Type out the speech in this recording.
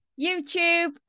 YouTube